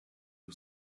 you